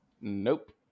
Nope